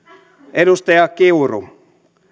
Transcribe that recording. edustaja kiuru